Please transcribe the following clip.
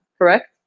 correct